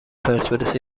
پرسپولیس